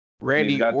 Randy